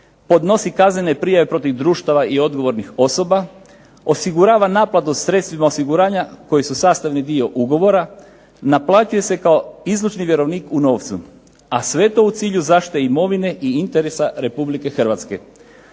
podnosi kaznene prijave protiv društava i odgovornih osoba, osigurava naplatu sredstvima osiguranja koji su sastavni dio ugovora, naplaćuje se kao izvršni vjerovnik u novcu, a sve to u cilju zaštite imovine i interesa Republike Hrvatske.